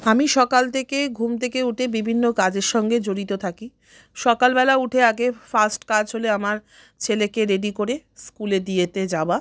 আমি সকাল থেকে ঘুম থেকে উঠে বিভিন্ন কাজের সঙ্গে জড়িত থাকি সকালবেলা উঠে আগে ফার্স্ট কাজ হলো আমার ছেলেকে রেডি করে স্কুলে দিতে যাওয়া